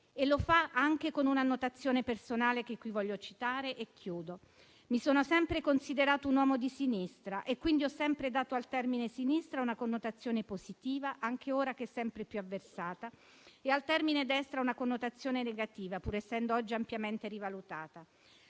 E lo fa anche con un'annotazione personale che qui voglio citare e chiudo: «mi sono sempre considerato un uomo di sinistra e quindi ho sempre dato al termine Sinistra una connotazione positiva, anche ora che è sempre più avversata, e al termine Destra una connotazione negativa, pur essendo oggi ampiamente rivalutata.